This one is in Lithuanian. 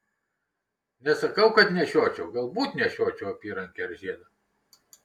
nesakau kad nenešiočiau galbūt nešiočiau apyrankę ar žiedą